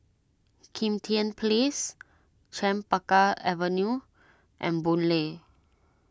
Kim Tian Place Chempaka Avenue and Boon Lay